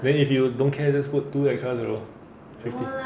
then if you don't care just put two extra zeros fifty